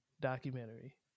documentary